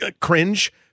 cringe